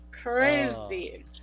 Crazy